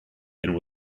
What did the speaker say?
and